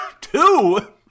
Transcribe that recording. Two